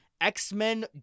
X-Men